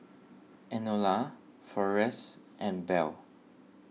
Enola forrest and Bell